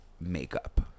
makeup